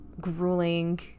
grueling